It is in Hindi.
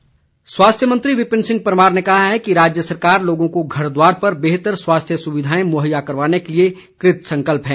परमार स्वास्थ्य मंत्री विपिन सिंह परमार ने कहा है कि राज्य सरकार लोगों को घर द्वार पर बेहतर स्वास्थ्य सुविधाएं मुहैया करवाने के लिए कृतसंकल्प है